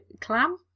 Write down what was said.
clam